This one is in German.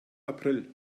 april